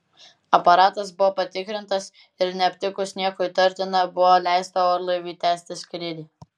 aparatas buvo patikrintas ir neaptikus nieko įtartina buvo leista orlaiviui tęsti skrydį